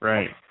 Right